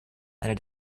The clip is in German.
einer